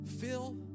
fill